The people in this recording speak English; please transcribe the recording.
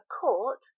court